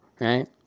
right